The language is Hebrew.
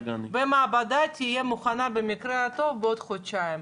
והמעבדה תהיה מוכנה במקרה הטוב בעוד חודשיים.